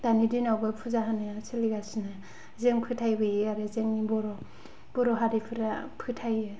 दानि दिनावबो फुजा होनाया सोलिगासिनो होयो जों फोथायबोयो आरो जोंनि बर' बर' हारिफोरा फोथायो